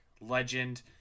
legend